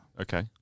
Okay